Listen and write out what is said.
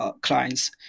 clients